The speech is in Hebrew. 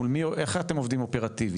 איך אתם עובדים אופרטיבית,